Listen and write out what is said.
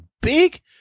big